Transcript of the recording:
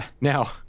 now